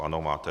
Ano, máte.